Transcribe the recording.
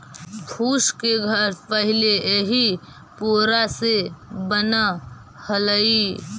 फूस के घर पहिले इही पोरा से बनऽ हलई